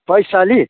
Baishali